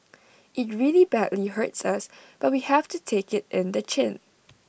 IT really badly hurts us but we have to take IT in the chin